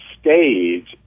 stage